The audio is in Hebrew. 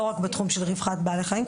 לא רק בתחום של רווחת בעלי חיים,